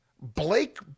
Blake